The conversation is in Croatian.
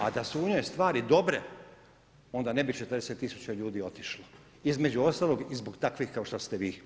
A da su u njoj stvari dobre, onda ne bi 40 tisuća ljudi otišlo, između ostalog i zbog takvih kao što ste vi.